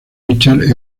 richards